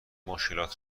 مشکلات